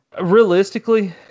Realistically